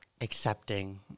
accepting